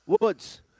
Woods